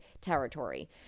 territory